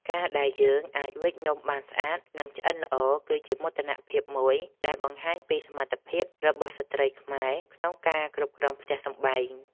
ការដែលយើងអាចវេចនំបានស្អាត និង ឆ្អិនល្អគឺជាមោទនភាពមួយដែលបង្ហាញពីសមត្ថភាពរបស់ស្ត្រីខ្មែរក្នុងការគ្រប់គ្រងផ្ទះសម្បែង។